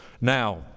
Now